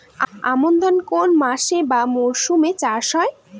আমন ধান কোন মাসে বা মরশুমে চাষ হয়?